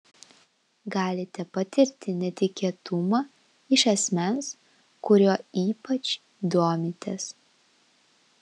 galite patirti netikėtumą iš asmens kuriuo ypač domitės